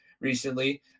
recently